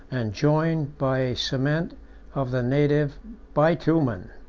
and joined by a cement of the native bitumen.